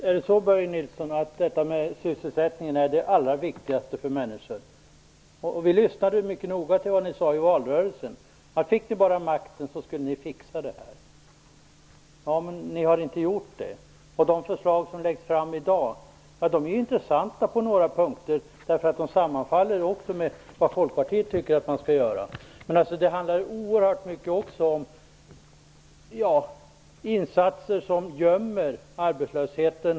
Herr talman! Visst är sysselsättningen det allra viktigaste för människor, Börje Nilsson. Vi lyssnade mycket noga till vad ni sade i valrörelsen. Om ni bara fick makten skulle ni fixa det här, men det har ni inte gjort. De förslag som läggs fram i dag är intressanta på några punkter, eftersom de sammanfaller med vad vi i Folkpartiet tycker att man skall göra. Men det handlar också oerhört mycket om insatser som döljer arbetslösheten.